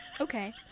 Okay